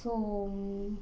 so